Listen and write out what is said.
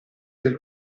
del